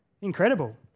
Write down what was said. Incredible